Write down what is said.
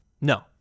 No